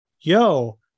yo